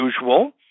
usual